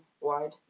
wide